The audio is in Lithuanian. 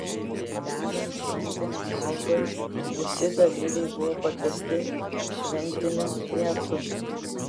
degant šventiniam laužui visi dalyviai buvo pakviesti šventinių pietų